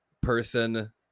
person